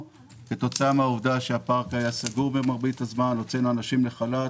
כתוצאה מן העובדה שהפארק היה סגור במרבית הזמן והוצאנו אנשים לחל"ת.